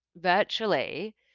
virtually